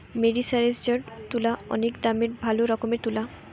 মেরিসারেসজড তুলা অনেক দামের ভালো রকমের তুলা